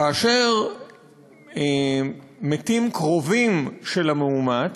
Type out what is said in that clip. כאשר מתים קרובים של המאומץ,